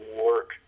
work